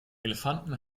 elefanten